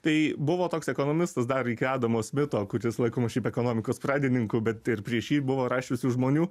tai buvo toks ekonomistas dar iki adamo smito kuris laikomas šiaip ekonomikos pradininku bet ir prieš jį buvo rašiusių žmonių